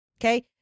Okay